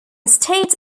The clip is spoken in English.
estates